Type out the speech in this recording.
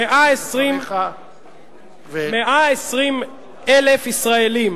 120,000 ישראלים